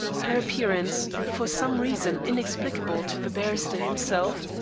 her appearance, for some reason inexplicable to the barrister himself,